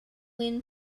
lyn